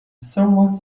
somewhat